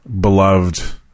beloved